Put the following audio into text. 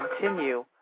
continue